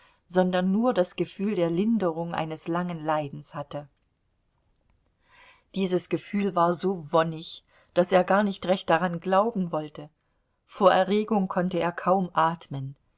sondern nur das gefühl der linderung eines langen leidens hatte dieses gefühl war so wonnig daß er gar nicht recht daran glauben wollte vor erregung konnte er kaum atmen